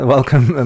Welcome